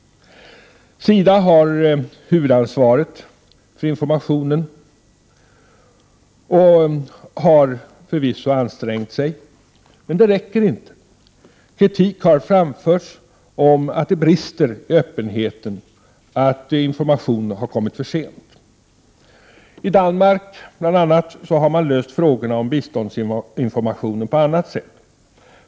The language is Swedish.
SIDA har huvudansvaret för informationen och har förvisso ansträngt sig. Men det räcker inte. Kritik har framförts om att det brister i öppenheten och att informationen har kommit för sent. I Danmark bl.a. har man löst frågorna om biståndsinformation på annat sätt.